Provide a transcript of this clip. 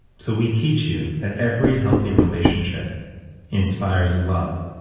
so we teach you that every healthy relationship inspires love,